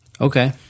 Okay